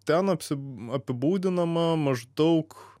ten apsi apibūdinama maždaug